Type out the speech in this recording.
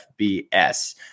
FBS